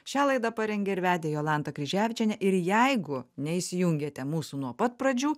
šią laidą parengė ir vedė jolanta kryževičienė ir jeigu neįsijungėte mūsų nuo pat pradžių